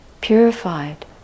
purified